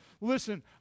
listen